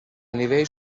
nivell